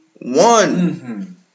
one